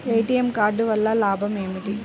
ATM card వల్ల లాభం ఏమిటి?